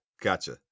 Gotcha